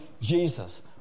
Jesus